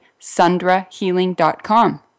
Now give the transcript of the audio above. sundrahealing.com